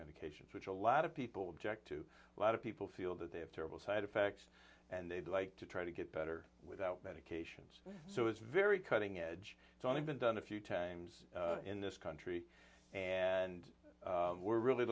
medications which a lot of people object to a lot of people feel that they have terrible side effects and they'd like to try to get better without medications so it's very cutting edge it's only been done a few times in this country and we're really